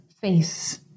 face